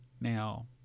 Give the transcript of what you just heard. now